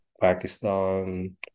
Pakistan